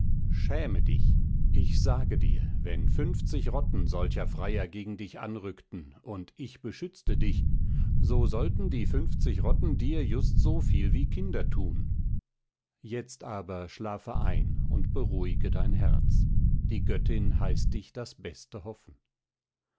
schäme dich ich sage dir wenn fünfzig rotten solcher freier gegen dich anrückten und ich beschützte dich so sollten die fünfzig rotten dir just wie so viel kinder thun jetzt aber schlafe ein und beruhige dein herz die göttin heißt dich das beste hoffen